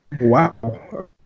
wow